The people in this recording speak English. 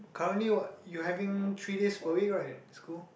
currently what you having three days per week right school